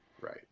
right